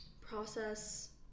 process